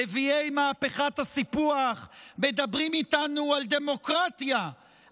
נביאי מהפכת הסיפוח מדברים איתנו על דמוקרטיה,